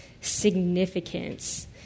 significance